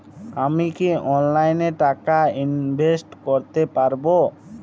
আমি কি অনলাইনে টাকা ইনভেস্ট করতে পারবো?